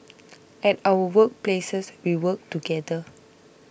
at our work places we work together